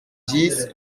dix